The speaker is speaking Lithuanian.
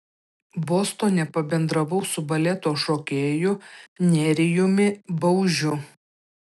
bostone pabendravau su baleto šokėju nerijumi baužiu